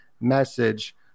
message